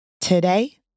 Today